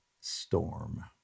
storm